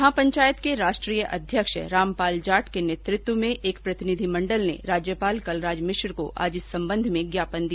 महापंचायत के राष्ट्रीय अध्यक्ष रामपाल जाट के नेतृत्व में एक प्रतिनिधिमंडल ने राज्यपाल कलराज मिश्र को आज इस संबंध में ज्ञापन दिया